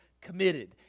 committed